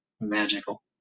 magical